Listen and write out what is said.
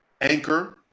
Anchor